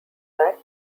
that